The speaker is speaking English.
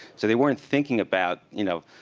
so they weren't thinking about, you know,